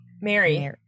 Mary